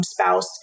spouse